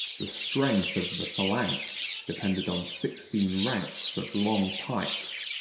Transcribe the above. the strength of the phalanx depended on sixteen ranks of long pikes,